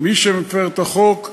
מי שמפר את החוק.